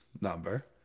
number